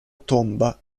tomba